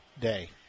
Day